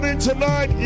tonight